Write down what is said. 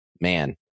Man